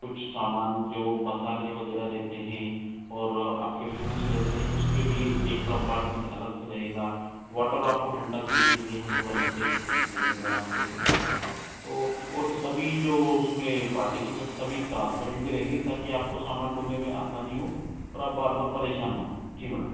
कुछ सामान जो मसाले वगैरह रहते हैं और आपके फ्रूट्स रहते हैं उसके लिए एक कंपार्टमेंट अलग से रहेगा वाटर आपको ठंडा करने के लिए हम लोग हम लोग अलग से कैबिनेट उसमे बना कर देते है तो और सभी जो उसमें पार्टीशन सभी ट्रांसपेरेंट भी रहेंगे ताकि आपको सामान ढूंढने में आसानी हो और आप बार बार परेशान ना हो जी मैडम